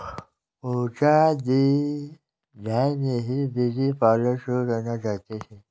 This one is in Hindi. पूजा दी घर में ही ब्यूटी पार्लर शुरू करना चाहती है